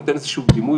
אני נותן איזשהו דימוי,